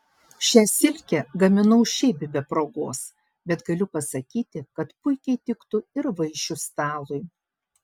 šią silkę gaminau šiaip be progos bet galiu pasakyti kad puikiai tiktų ir vaišių stalui